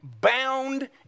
bound